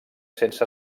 sense